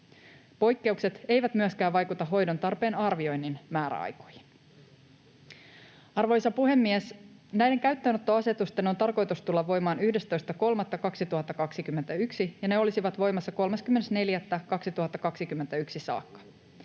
Poikkeukset eivät myöskään vaikuta hoidon tarpeen arvioinnin määräaikoihin. Arvoisa puhemies! Näiden käyttöönottoasetusten on tarkoitus tulla voimaan 11.3.2021, ja ne olisivat voimassa 30.4.2021 saakka.